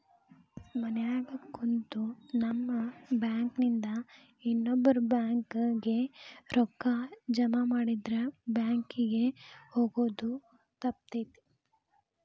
ಮನ್ಯಾಗ ಕುಂತು ನಮ್ ಬ್ಯಾಂಕ್ ನಿಂದಾ ಇನ್ನೊಬ್ಬ್ರ ಬ್ಯಾಂಕ್ ಕಿಗೆ ರೂಕ್ಕಾ ಜಮಾಮಾಡಿದ್ರ ಬ್ಯಾಂಕ್ ಕಿಗೆ ಹೊಗೊದ್ ತಪ್ತೆತಿ